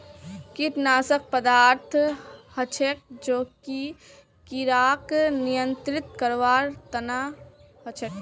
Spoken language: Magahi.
कीटनाशक पदार्थ हछेक जो कि किड़ाक नियंत्रित करवार तना हछेक